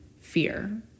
fear